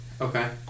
Okay